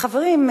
חברים,